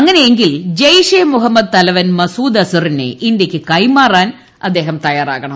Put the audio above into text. അങ്ങനെയെങ്കിൽ ജെയ്ഷ് ഇ മുഹമ്മദ് തലവൻ മസൂദ് അസ്ഹറിന്റെ ഇന്ത്യയ്ക്ക് കൈമാറാൻ അദ്ദേഹം തയ്യാറാവണം